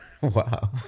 Wow